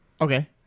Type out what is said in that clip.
okay